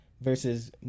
versus